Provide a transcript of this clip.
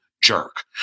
Jerk